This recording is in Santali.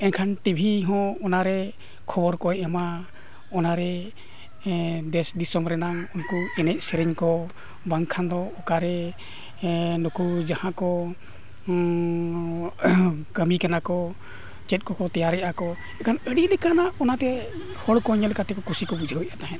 ᱮᱱᱠᱷᱟᱱ ᱴᱤᱵᱷᱤ ᱦᱚᱸ ᱚᱱᱟᱨᱮ ᱠᱷᱚᱵᱚᱨ ᱠᱚᱭ ᱮᱢᱟ ᱚᱱᱟᱨᱮ ᱫᱮᱥ ᱫᱤᱥᱚᱢ ᱨᱮᱱᱟᱜ ᱩᱱᱠᱩ ᱮᱱᱮᱡ ᱥᱮᱨᱮᱧ ᱠᱚ ᱵᱟᱝᱠᱷᱟᱱ ᱫᱚ ᱚᱠᱟᱨᱮ ᱱᱩᱠᱩ ᱡᱟᱦᱟᱸ ᱠᱚ ᱠᱟᱹᱢᱤ ᱠᱟᱱᱟ ᱠᱚ ᱪᱮᱫ ᱠᱚᱠᱚ ᱛᱮᱭᱟᱨᱮᱜ ᱟᱠᱚ ᱤᱠᱷᱟᱹᱱ ᱟᱹᱰᱤ ᱞᱮᱠᱟᱱᱟᱜ ᱚᱱᱟᱛᱮ ᱦᱚᱲ ᱠᱚ ᱧᱮᱞ ᱠᱟᱛᱮᱫ ᱠᱚ ᱵᱩᱡᱷᱟᱹᱣᱮᱜᱟ ᱛᱟᱦᱮᱸ